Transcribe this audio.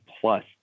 plus